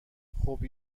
خوب